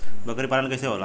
बकरी पालन कैसे होला?